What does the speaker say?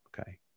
Okay